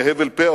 מהבל פה,